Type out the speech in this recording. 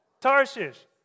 Tarshish